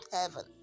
heaven